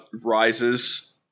rises